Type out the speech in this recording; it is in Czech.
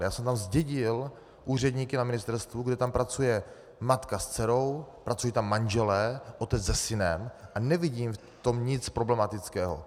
Já jsem tam zdědil úředníky na ministerstvu, kdy tam pracuje matka s dcerou, pracují tam manželé, otec se synem a nevidím v tom nic problematického.